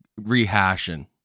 rehashing